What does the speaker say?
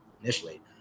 initially